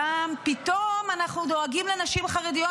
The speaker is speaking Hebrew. שם פתאום אנחנו דואגים לנשים חרדיות,